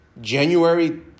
January